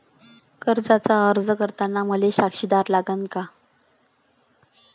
कर्जाचा अर्ज करताना मले साक्षीदार लागन का?